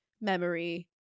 memory